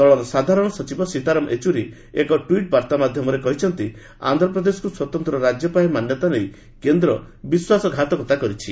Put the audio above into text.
ଦଳର ସାଧାରଣ ସଚିବ ସୀତାରାମ ୟେଚୁରୀ ଏକ ଟୁଇଟ୍ ବାର୍ତ୍ତା ମାଧ୍ୟମରେ କହିଛନ୍ତି ଆନ୍ଧ୍ରପ୍ରଦେଶକୁ ସ୍ୱତନ୍ତ୍ର ରାଜ୍ୟ ପାହ୍ୟା ମାନ୍ୟତା ନେଇ କେନ୍ଦ୍ର ବିଶ୍ୱାସଘାତକତା କରିଛି